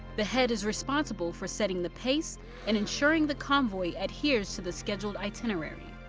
the head is responsible for setting the pace and ensuring the convoy adheres to the scheduled itinerary.